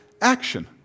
action